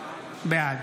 בעד